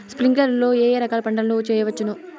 స్ప్రింక్లర్లు లో ఏ ఏ రకాల పంటల ను చేయవచ్చును?